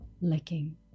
licking